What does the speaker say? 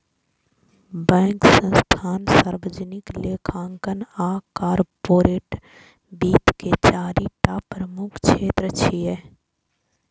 bank, संस्थान, सार्वजनिक लेखांकन आ कॉरपोरेट वित्त के चारि टा प्रमुख क्षेत्र छियै